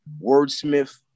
Wordsmith